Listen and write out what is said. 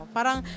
Parang